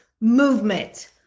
movement